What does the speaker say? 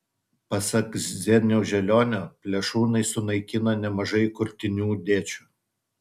pasak zeniaus želionio plėšrūnai sunaikina nemažai kurtinių dėčių